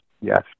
Yes